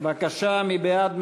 בבקשה, מי בעד?